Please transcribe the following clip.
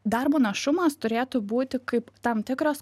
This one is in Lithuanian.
darbo našumas turėtų būti kaip tam tikras